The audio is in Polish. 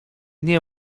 nie